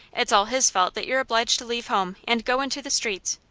it's all his fault that you're obliged to leave home, and go into the streets.